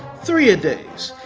three-a-days.